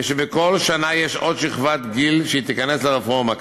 כשבכל שנה עוד שכבת גיל תיכנס לרפורמה,